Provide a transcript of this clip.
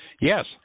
Yes